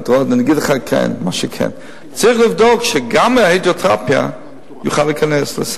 אני אגיד לך מה כן: צריך לבדוק שגם ההידרותרפיה תוכל להיכנס לסל.